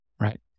right